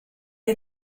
est